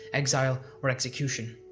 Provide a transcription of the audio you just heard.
exile or execution.